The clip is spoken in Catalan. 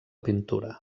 pintura